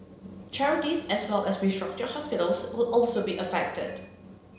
charities as well as restructured hospitals will also be affected